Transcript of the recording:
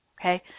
okay